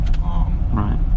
Right